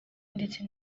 ndetse